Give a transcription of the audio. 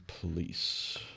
police